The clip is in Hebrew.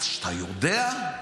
אז כשאתה יודע,